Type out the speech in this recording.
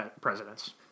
presidents